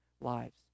lives